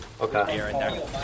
Okay